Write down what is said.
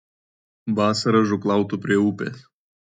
vasarą žūklautų prie upės